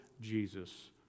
Jesus